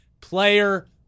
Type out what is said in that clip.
player